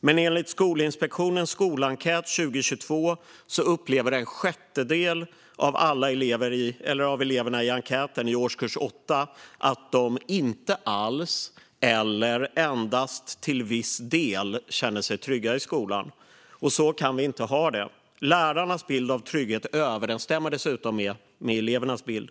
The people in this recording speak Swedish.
Men enligt Skolinspektionens skolenkät 2022 upplever en sjättedel av de elever i årskurs 8 som har svarat på enkäten att de inte alls eller endast till viss del känner sig trygga i skolan. Så kan vi inte ha det. Lärarnas bild av trygghet överensstämmer dessutom med elevernas bild.